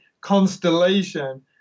constellation